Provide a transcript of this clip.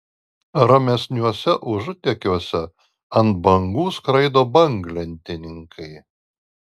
ramesniuose užutekiuose ant bangų skraido banglentininkai